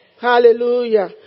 Hallelujah